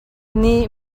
nih